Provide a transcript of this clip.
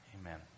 Amen